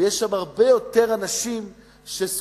ויש שם הרבה יותר אנשים שזקוקים